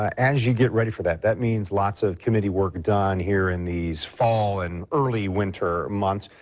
ah as you get ready for that, that means lots of community work done here in these fall and early winter months.